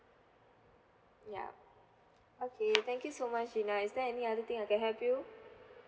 ya okay thank you so much gina is there any other thing I can help you